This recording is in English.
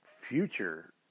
future